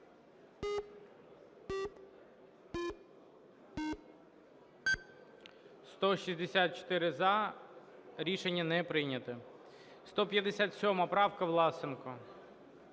За-164 Рішення не прийнято. 157 правка, Власенко.